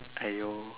!aiyo!